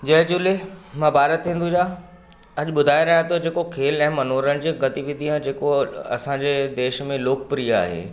जय झूले मां भारत हिंदुजा अॼु ॿुधाए रहियां थो जेको खेल ऐं मनोरंजन गतिविधियां जेको असांजे देश में लोकप्रिय आहे